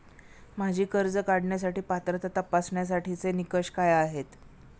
माझी कर्ज काढण्यासाठी पात्रता तपासण्यासाठीचे निकष काय आहेत?